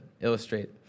illustrate